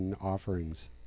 offerings